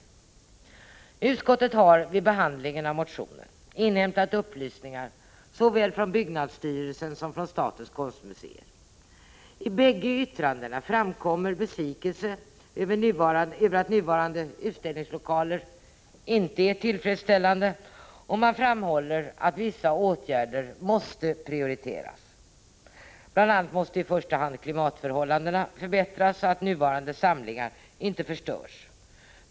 79 Utskottet har vid behandlingen av motionen inhämtat upplysningar såväl framkommer besvikelser över att nuvarande utställningslokaler inte är tillfredsställande och man framhåller att vissa åtgärder måste prioriteras. Bl. a. måste i första hand klimatförhållandena förbättras, så att nuvarande samlingar inte förstörs.